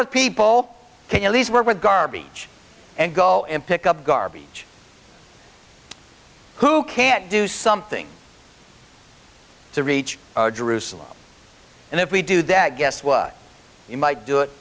were garbage and go and pick up garbage who can't do something to reach jerusalem and if we do that guess what you might do it